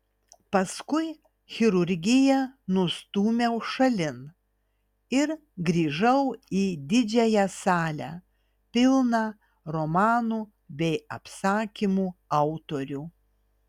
paskui chirurgiją nustūmiau šalin ir grįžau į didžiąją salę pilną romanų bei apsakymų autorių